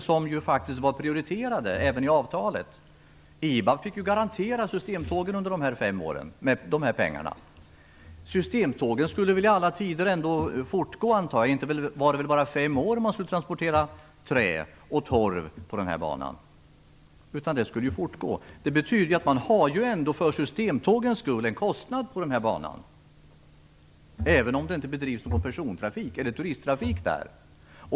De var ju faktiskt prioriterade även i avtalet. IBAB fick ju garantera systemtågen under de här fem åren med dessa pengar. Systemtågen skulle väl gå i alla tider, antar jag. Det var väl inte bara fem år som man skulle transportera trä och torv på den här banan? Det skulle ju fortgå. Det betyder att man har en kostnad på den här banan för systemtågens skull även om det inte bedrivs någon persontrafik eller turisttrafik där.